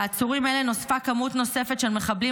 לעצורים אלה נוספה כמות נוספת של מחבלים,